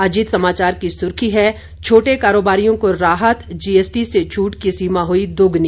अजीत समाचार की सुर्खी है छोटे कारोबारियों को राहत जीएसटी से छूट की सीमा हुई दोगुनी